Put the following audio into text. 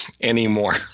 anymore